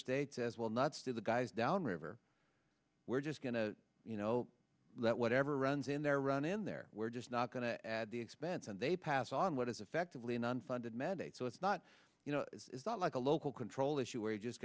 state as well nots to the guys down river we're just going to you know that whatever runs in there run in there we're just not going to add the expense and they pass on what is effectively an unfunded mandate so it's not you know it's not like a local control issue where you just